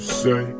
say